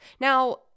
Now